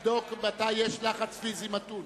לבדוק מתי יש לחץ פיזי מתון.